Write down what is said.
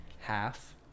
half